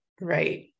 Right